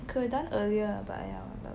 could have done earlier but aiya whatever lah